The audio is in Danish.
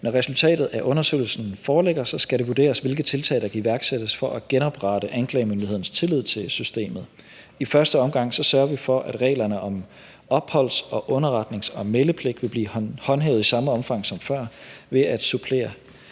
Når resultatet af undersøgelsen foreligger, skal det vurderes, hvilke tiltag der kan iværksættes for at genoprette anklagemyndighedens tillid til systemet. I første omgang sørger vi for, at reglerne om opholds-, underretnings- og meldepligt vil blive håndhævet i samme omfang som før, altså ved